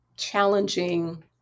challenging